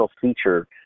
feature